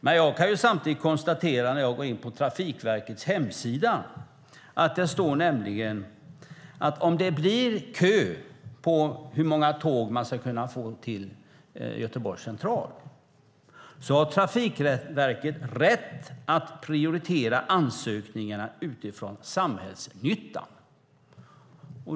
Men jag kan samtidigt konstatera när jag går in på Trafikverkets hemsida att det står så här: Om det blir kö i fråga om hur många tåg man ska kunna få till Göteborgs central har Trafikverket rätt att prioritera ansökningarna utifrån samhällsnyttan.